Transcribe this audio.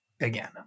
again